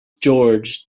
george